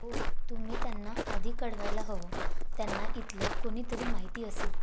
हो तुम्ही त्यांना आधी कळवायला हवं त्यांना इथलं कोणीतरी माहिती असेल